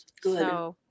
Good